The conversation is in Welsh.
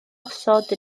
osod